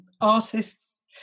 artists